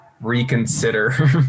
reconsider